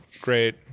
great